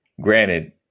Granted